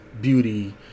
beauty